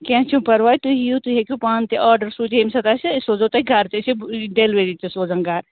کیٚنٛہہ چھُنہٕ پَرواے تُہۍ یِیِو تُہۍ ہیٚکِو پانہٕ تہِ آرڈر سُہ ییٚمہِ ساتہٕ اَسہِ أسۍ سوزو تۄہہِ گَرٕ تہِ أسۍ چھِ ڈیٚلؤری تہِ سوزان گَرٕ